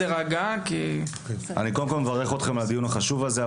אני קודם כול מברך אתכם על הדיון החשוב הזה,